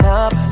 up